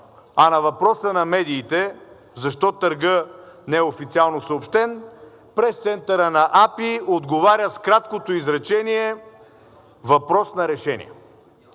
а на въпроса на медиите защо търгът не е официално съобщен, пресцентърът на АПИ отговаря с краткото изречение: „Въпрос на решение.“